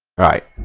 bright